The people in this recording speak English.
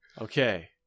okay